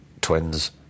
twins